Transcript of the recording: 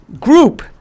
group